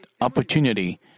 opportunity